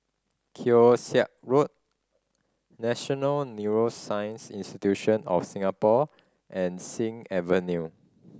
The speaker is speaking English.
Keong Saik Road National Neuroscience Institute of Singapore and Sing Avenue